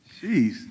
Jeez